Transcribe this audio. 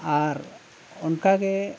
ᱟᱨ ᱚᱱᱠᱟᱜᱮ